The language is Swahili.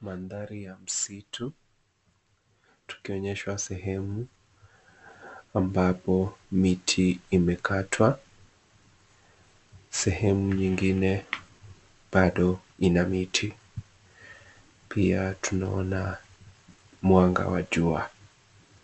Mandhari ya msitu, tukionyeshwa sehemu ambapo miti imekatwa. Sehemu nyingine bado ina miti. Pia tunaona mwanga wa jua